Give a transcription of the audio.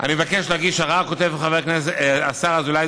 "אני מבקש להגיש ערר" כותב השר אזולאי,